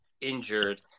injured